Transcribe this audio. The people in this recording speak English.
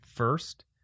first